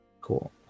Cool